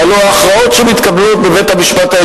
שהלוא ההכרעות שמתקבלות בבית-המשפט,